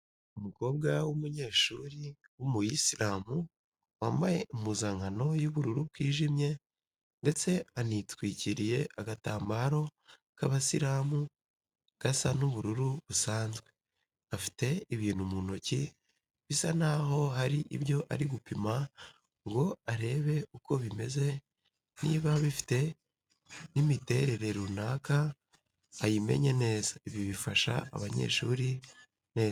Umukobwa w'umunyeshuri w'umuyisiramu wambaye impuzankano y'ubururu bwijimye ndetse anitwikiriye agatambaro k'abasiramu gasa n'ubururu busanzwe. Afite ibintu mu ntoki bisa n'aho hari ibyo ari gupima ngo arebe uko bimeze niba bifite n'imiterere ruanaka ayimenye neza. Ibi bifasha abanyeshuri neza.